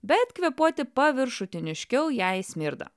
bet kvėpuoti paviršutiniškiau jei smirda